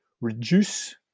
reduce